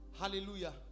Hallelujah